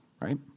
Right